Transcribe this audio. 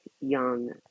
young